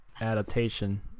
adaptation